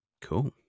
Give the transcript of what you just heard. cool